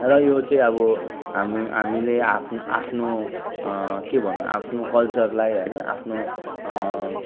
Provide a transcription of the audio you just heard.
र यो चाहिँ अब हाम्रो हामीले आफ्नो आफ्नो के भन्नु आफ्नो कल्चरलाई होइन आफ्नो